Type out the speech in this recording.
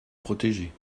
protéger